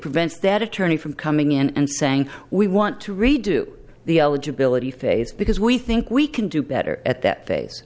prevents that attorney from coming in and saying we want to redo the eligibility phase because we think we can do better at that fa